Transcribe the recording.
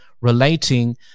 relating